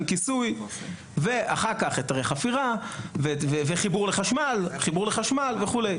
כיסוי ואחר כך היתרי חפירה וחיבור לחשמל וכו'.